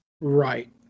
right